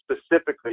specifically